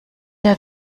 der